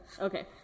Okay